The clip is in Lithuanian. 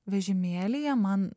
vežimėlyje man